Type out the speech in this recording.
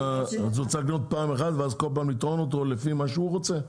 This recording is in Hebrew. הוא צריך לקנות פעם אחת ואז כל פעם לטעון אותו לפי מה שהוא רוצה?